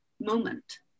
moment